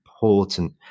important